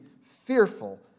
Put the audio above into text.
fearful